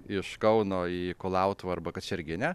iš kauno į kulautuvą arba kačerginę